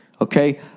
Okay